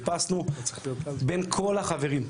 חיפשנו בין כל החברים,